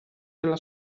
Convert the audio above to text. nella